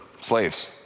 slaves